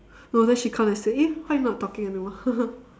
no then she come and say you eh why not talking anymore